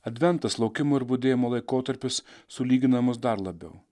adventas laukimo ir budėjimo laikotarpis sulygina mus dar labiau